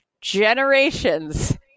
generations